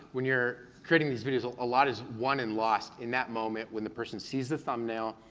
when you're creating these videos, a lot is won and lost in that moment when the person sees the thumbnail,